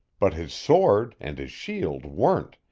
but his sword and his shield weren't,